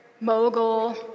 mogul